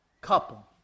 couple